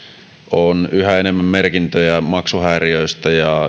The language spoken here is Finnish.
on yhä enemmän merkintöjä maksuhäiriöistä ja